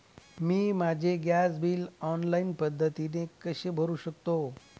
मी माझे gas bill online पद्धतीने कसे भरु शकते?